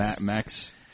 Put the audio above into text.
Max